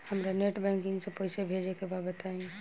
हमरा net banking से पईसा भेजे के बा बताई?